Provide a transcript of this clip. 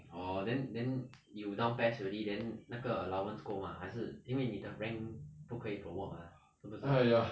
orh then then you down PES already then 那个 allowance 够 mah 还是因为你的 rank 不可以 promote mah 是不是